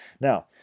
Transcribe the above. Now